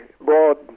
broad